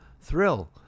thrill